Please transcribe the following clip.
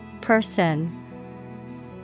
Person